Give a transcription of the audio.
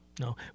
No